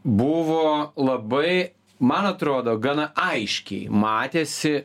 buvo labai man atrodo gana aiškiai matėsi